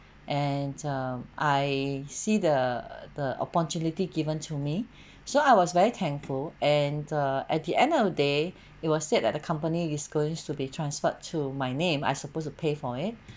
and err I see the the opportunity given to me so I was very thankful and err at the end of the day it was said that the company is going to be transferred to my name I supposed to pay for it